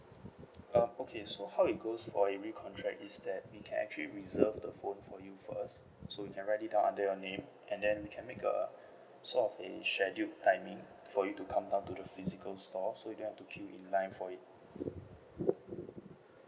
um okay so how it goes for a recontract is that we can actually reserve the phone for you first so we can write it down under your name and then we can make a sort of a scheduled timing for you to come down to the physical store so you don't have to queue in line for it